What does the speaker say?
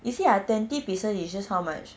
you see ah twenty pieces is just how much